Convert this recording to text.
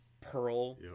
Pearl